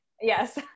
Yes